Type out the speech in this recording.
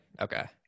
okay